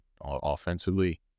offensively